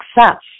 success